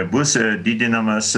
bus didinamas